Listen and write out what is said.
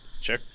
Sure